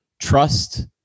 trust